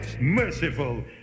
merciful